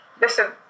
listen